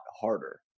harder